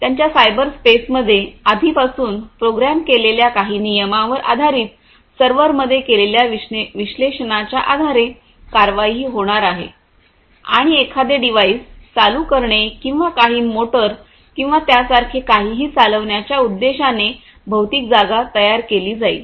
तर त्यांच्या cyber space मध्ये आधीपासून प्रोग्राम केलेल्या काही नियमांवर आधारित सर्व्हर मध्ये केलेल्या विश्लेषणाच्या आधारेकार्यवाही होणार आहे आणि एखादे डिव्हाइस चालू करणे किंवा काही मोटर किंवा त्यासारखे काहीही चालविण्याच्या उद्देशाने भौतिक जागा तयार केली जाईल